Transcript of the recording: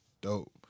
Dope